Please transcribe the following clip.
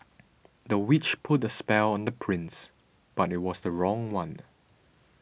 the witch put a spell on the prince but it was the wrong one